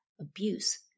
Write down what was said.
abuse